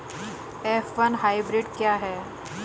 F one hybrid क्या है?